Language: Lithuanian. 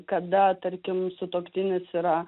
kada tarkim sutuoktinis yra